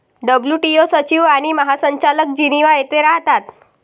WTO सचिव आणि महासंचालक जिनिव्हा येथे राहतात